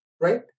right